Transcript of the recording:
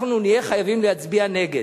אנחנו נהיה חייבים להצביע נגד.